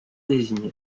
désignés